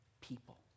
people